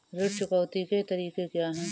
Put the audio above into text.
ऋण चुकौती के तरीके क्या हैं?